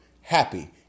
happy